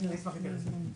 אני אשמח להתייחס.